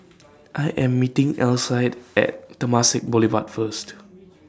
I Am meeting Alcide At Temasek Boulevard First